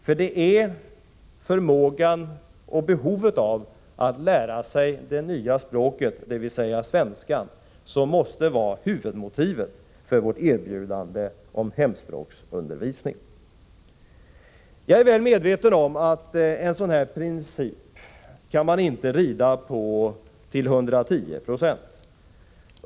För det är förmågan och behovet av att lära sig det nya språket, dvs. svenska, som måste vara huvudmotivet för vårt erbjudande om hemspråksundervisning. Jag är väl medveten om att man inte kan rida på en sådan princip till 110 96.